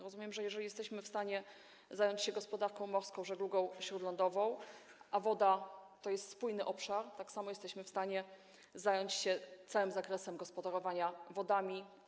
Rozumiem, że jeśli jesteśmy w stanie zająć się gospodarką morską, żeglugą śródlądową, a woda to jest spójny obszar, to jesteśmy w stanie zająć się całym zakresem gospodarowania wodami.